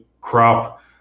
crop